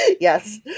Yes